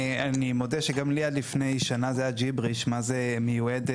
אני מודה שגם עד לפני שנה זה היה ג'יבריש מה זה מיועדת,